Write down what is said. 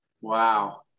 Wow